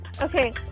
Okay